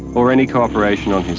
or any cooperation on his